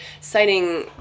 citing